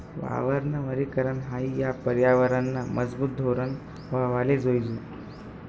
वावरनं वनीकरन हायी या परयावरनंनं मजबूत धोरन व्हवाले जोयजे